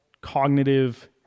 cognitive